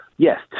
Yes